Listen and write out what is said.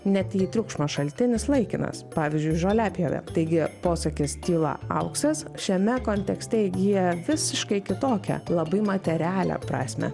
net jei triukšmo šaltinis laikinas pavyzdžiui žoliapjovė taigi posakis tyla auksas šiame kontekste įgyja visiškai kitokią labai materialią prasmę